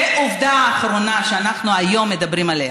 ועובדה אחרונה שאנחנו היום מדברים עליה: